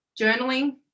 journaling